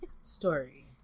story